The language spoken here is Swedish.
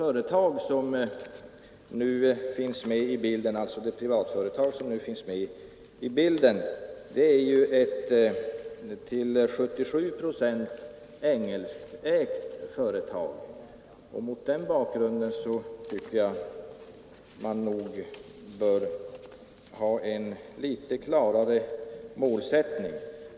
Det privatföretag som nu finns med i bilden är ett till 77 procent engelskägt företag och med hänsyn till det tycker jag att man bör ha en litet klarare målsättning än den nuvarande.